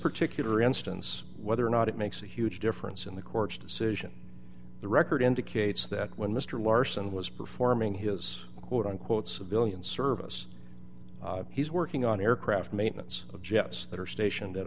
particular instance whether or not it makes a huge difference in the court's decision the record indicates that when mr larsen was performing his quote unquote civilian service he's working on aircraft maintenance of jets that are stationed at